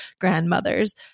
grandmothers